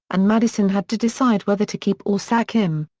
and madison had to decide whether to keep or sack him.